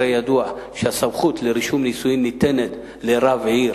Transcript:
הרי ידוע שהסמכות לרישום נישואים ניתנת לרב עיר